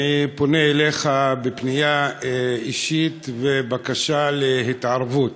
אני פונה אליך בפנייה אישית ובבקשה להתערבות,